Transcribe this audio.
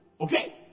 Okay